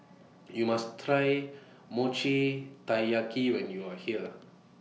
YOU must Try Mochi Taiyaki when YOU Are here